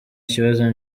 kibazo